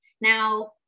Now